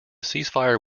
ceasefire